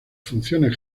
funciones